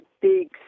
big